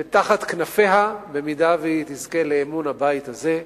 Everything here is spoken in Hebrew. ותחת כנפיה, במידה שהיא תזכה לאמון הבית הזה,